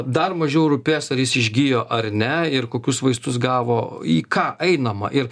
dar mažiau rūpės ar jis išgijo ar ne ir kokius vaistus gavo į ką einama ir